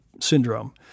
syndrome